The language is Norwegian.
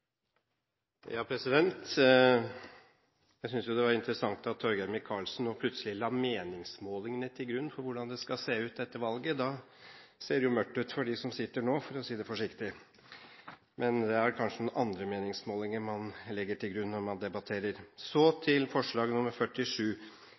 Jeg syntes jo det var interessant at Torgeir Micaelsen nå plutselig la meningsmålingene til grunn for hvordan det skal se ut etter valget. Da ser det jo mørkt ut for dem som sitter nå, for å si det forsiktig. Men det er vel kanskje noen andre meningsmålinger man legger til grunn når man debatterer. Så